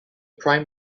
prime